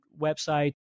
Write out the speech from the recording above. website